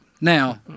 Now